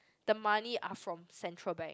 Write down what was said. the money are from Central Bank